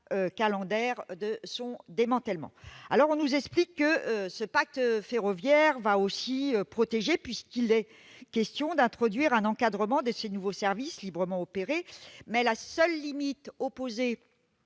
calendaire de son démantèlement. On nous explique que ce pacte ferroviaire va aussi protéger, puisqu'il est question d'introduire un encadrement de ces nouveaux services librement opérés, mais la seule limite posée